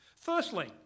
Firstly